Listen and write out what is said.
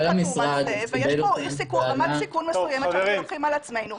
יש רמת סיכון מסוימת שאנחנו לוקחים על עצמנו.